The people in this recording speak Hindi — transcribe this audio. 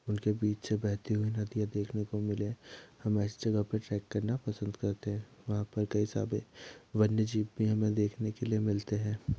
उनके बीच में बहती हुई नदियाँ देखने को मिले हम ऐसी जगह पर ट्रैक करना पसंद करते हैं वहाँ पर कई सारे वन्य जीव भी हमें देखने के लिए मिलते हैं